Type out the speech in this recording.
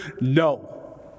No